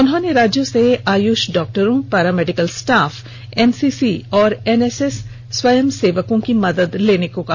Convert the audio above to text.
उन्होंने राज्यों से आयुष डॉक्टरों पारा मेडिकल स्टाफ एनसीसी और एनएसएस स्वयंसेवकों की मदद लेने को कहा